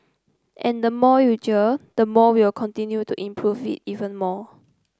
and the more you jeer the more will continue to improve it even more